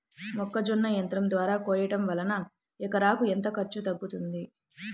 మొక్కజొన్న యంత్రం ద్వారా కోయటం వలన ఎకరాకు ఎంత ఖర్చు తగ్గుతుంది?